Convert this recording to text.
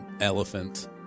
elephant